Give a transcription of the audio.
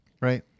Right